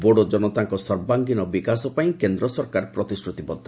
ବୋଡୋ ଜନତାଙ୍କ ସର୍ବାଙ୍ଗୀନ ବିକାଶ ପାଇଁ କେନ୍ଦ୍ରସରକାର ପ୍ରତିଶ୍ରତିବଦ୍ଧ